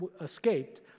escaped